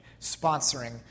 sponsoring